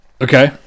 Okay